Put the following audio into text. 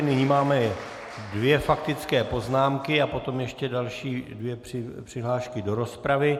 Nyní máme dvě faktické poznámky a potom ještě další dvě přihlášky do rozpravy.